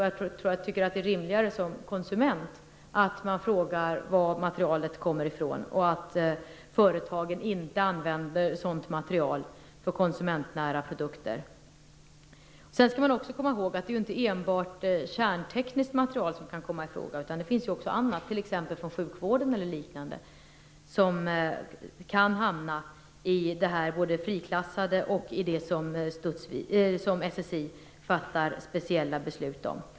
Jag tycker att det är rimligare att man som konsument frågar var materialet kommer ifrån och att företagen inte använder sådant material för konsumentnära produkter. Man skall också komma ihåg att det inte enbart är kärntekniskt material som kan komma ifråga. Det finns ju också annat material, t.ex. från sjukvården och liknande, som kan hamna både i friklassat material och i det som SSI fattar speciella beslut om.